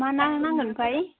मा ना नांगोन ओमफाय